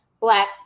black